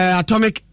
atomic